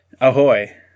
Ahoy